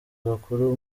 bakuru